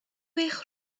eich